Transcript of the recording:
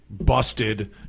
busted